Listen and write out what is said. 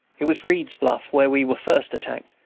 it was reed's bluff where we were first attacked,